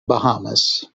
bahamas